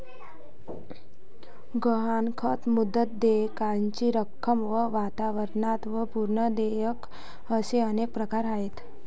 गहाणखत, मुदत, देयकाची रक्कम व वारंवारता व पूर्व देयक असे अनेक प्रकार आहेत